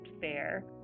Fair